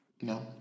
No